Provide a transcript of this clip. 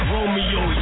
Romeo